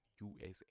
USA